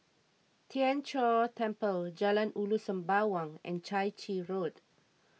Tien Chor Temple Jalan Ulu Sembawang and Chai Chee Road